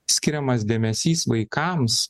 skiriamas dėmesys vaikams